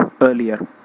earlier